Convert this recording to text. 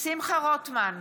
שמחה רוטמן,